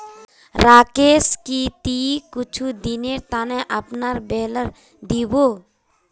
राकेश की ती कुछू दिनेर त न अपनार बेलर दी बो